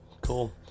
cool